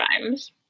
times